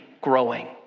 growing